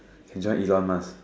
can join Elon-Musk